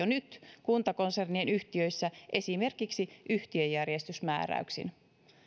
nyt kuntakonsernien yhtiöissä esimerkiksi yhtiöjärjestysmääräyksin